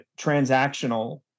transactional